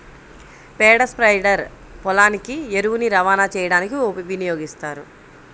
పేడ స్ప్రెడర్ పొలానికి ఎరువుని రవాణా చేయడానికి వినియోగిస్తారు